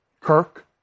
Kirk